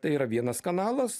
tai yra vienas kanalas